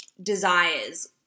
desires